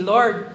Lord